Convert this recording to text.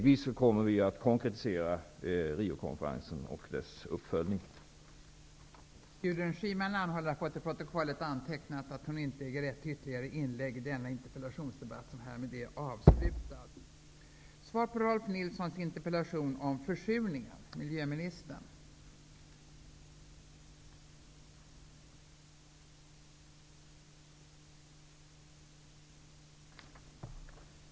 Vi kommer att stegvis konkretisera uppföljningen av